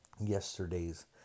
yesterday's